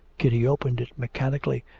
kitty opened it mechanically,